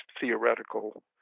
theoretical